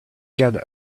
get